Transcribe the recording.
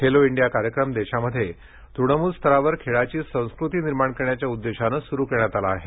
Khelo India कार्यक्रम देशामध्ये तृणमूल स्तरावर खेळाची संस्कृती निर्माण करण्याच्या उद्देशाने सुरु करण्यात आला आहे